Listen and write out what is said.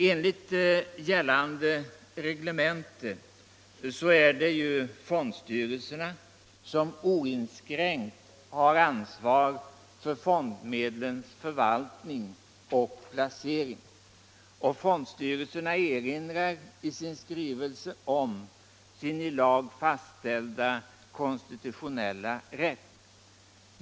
Enligt gällande reglemente är det ju fondstyrelserna som oinskränkt har ansvar för fondmedlens förvaltning och placering. Fondstyrelserna erinrar också i sin skrivelse om sin i lag fastställda konstitutionella rätt.